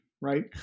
right